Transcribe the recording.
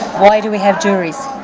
why do we have juries?